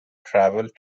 traveled